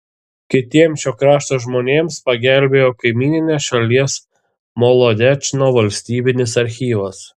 kitiems šio krašto žmonėms pagelbėjo kaimyninės šalies molodečno valstybinis archyvas